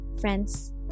Friends